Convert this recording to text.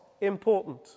important